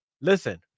listen